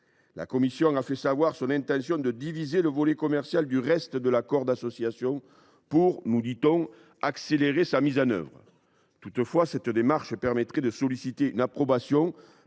La Commission européenne a fait connaître son intention de séparer le volet commercial du reste de l’accord d’association pour, nous dit on, accélérer sa mise en œuvre. Toutefois, cette démarche permettrait de solliciter une approbation